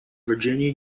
virginia